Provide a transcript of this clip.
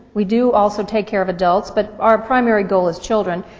we do also take care of adults, but our primary goal is children,